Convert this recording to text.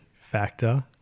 factor